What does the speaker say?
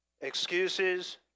excuses